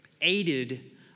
Aided